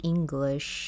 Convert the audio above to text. English